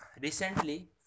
recently